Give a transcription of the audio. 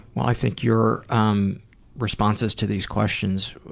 i think your um responses to these questions